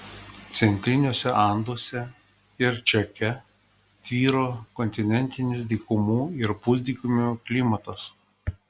centriniuose anduose ir čake tvyro kontinentinis dykumų ir pusdykumių klimatas